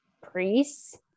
priests